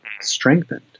strengthened